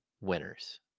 winners